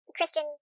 Christian